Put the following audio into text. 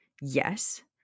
Yes